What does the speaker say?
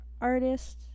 artists